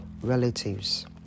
relatives